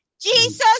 Jesus